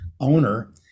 owner